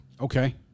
Okay